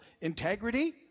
Integrity